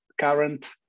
current